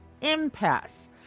impasse